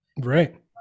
right